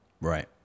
Right